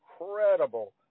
Incredible